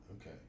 okay